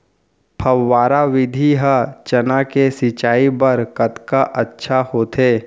फव्वारा विधि ह चना के सिंचाई बर कतका अच्छा होथे?